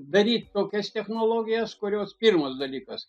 daryt tokias technologijas kurios pirmas dalykas